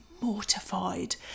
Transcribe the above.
mortified